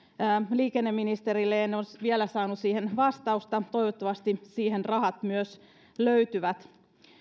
liikenneministerille enkä ole vielä saanut siihen vastausta toivottavasti siihen rahat myös löytyvät